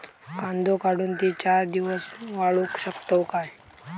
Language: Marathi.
कांदो काढुन ती चार दिवस वाळऊ शकतव काय?